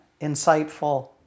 insightful